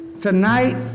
Tonight